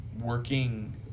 working